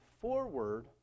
forward